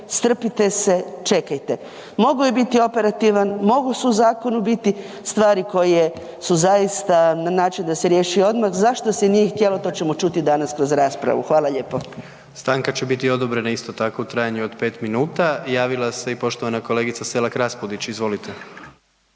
strpite se, čekajte. Mogao je biti operativan, mogao je u zakonu biti stvari koje su zaista na način da se riješi odmah, zašto se nije htjelo, to ćemo čuti danas kroz raspravu. Hvala lijepo. **Jandroković, Gordan (HDZ)** Stanka će biti odobrena isto tako u trajanju od 5 minuta. Javila se i poštovana kolegica Selak Raspudić. Izvolite.